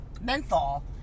menthol